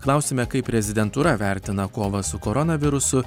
klausime kaip prezidentūra vertina kovą su koronavirusu